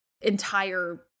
entire